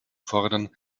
fordern